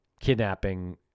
kidnapping